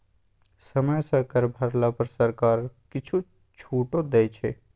समय सँ कर भरला पर सरकार किछु छूटो दै छै